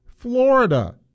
Florida